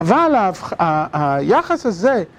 אבל היחס הזה...